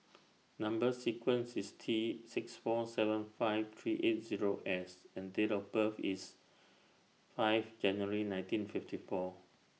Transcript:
Number sequence IS T six four seven five three eight Zero S and Date of birth IS five January nineteen fifty four